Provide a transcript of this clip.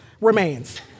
remains